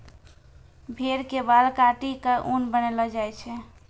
भेड़ के बाल काटी क ऊन बनैलो जाय छै